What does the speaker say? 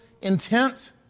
intent